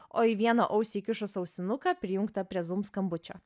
o į vieną ausį įkišus ausinuką prijungtą prie zūm skambučio